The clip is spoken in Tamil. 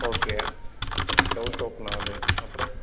ஓகே டவ் சோப்பு நாலு அப்புறம்